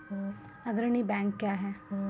अग्रणी बैंक क्या हैं?